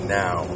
now